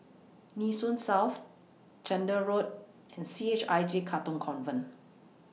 Nee Soon South Chander Road and C H I J Katong Convent